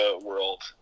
world